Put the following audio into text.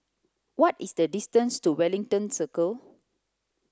what is the distance to Wellington Circle